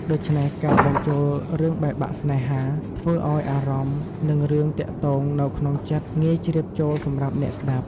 ដូច្នេះ ការបញ្ជូលរឿងបែកបាក់ស្នេហា ធ្វើឲ្យអារម្មណ៍ និងរឿងទាក់ទងនៅក្នុងចិត្ត ងាយជ្រាបចូលសម្រាប់អ្នកស្តាប់។